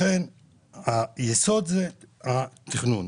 היסוד הוא התכנון.